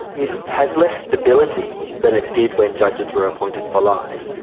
it has less stability than it did when judges were appointed for life,